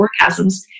orgasms